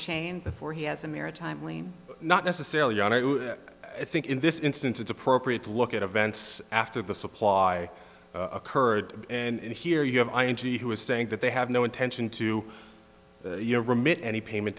chain before he has a maritime lien not necessarily on it i think in this instance it's appropriate to look at events after the supply occurred and here you have i n g who is saying that they have no intention to your remit any payment